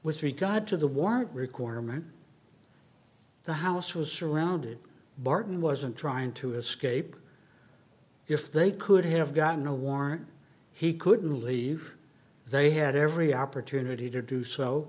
with regard to the warrant requirement the house was surrounded barton wasn't trying to escape if they could have gotten a war he couldn't leave they had every opportunity to do so